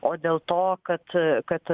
o dėl to kad kad